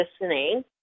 listening